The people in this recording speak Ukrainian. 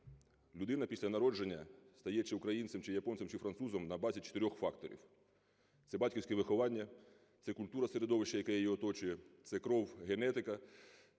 Людина після народження стає чи українцем, чи японцем, чи французом на базі чотирьох факторів: це батьківське виховання, це культура середовища, яка її оточує, це кров, генетика